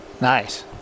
Nice